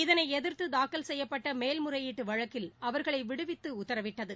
இதளை எதிர்த்து தாக்கல் செய்யப்பட்ட மேல்முறையீட்டு வழக்கில் அவர்களை விடுவித்து உத்தரவிட்டது